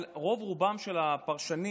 אבל רוב-רובם של הפרשנים